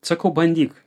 sakau bandyk